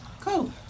Cool